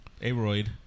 Aroid